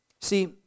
See